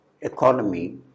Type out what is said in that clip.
economy